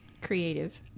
creative